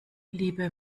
liebe